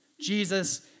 Jesus